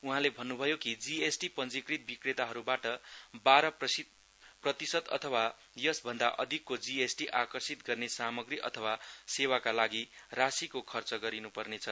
उहाँले भन्नुभयो कि जीएसटी पञ्जीकृत विक्रेताहरुबाट बार प्रतिसत अथवा यस भन्दा अधिकको जीएसटी आकर्षित गर्ने सामग्री अथवा सेवाका लागि राशीको खर्च गरिनुपर्नेछ